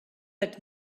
let